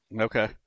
Okay